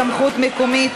סמכות מקומית),